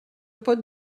pot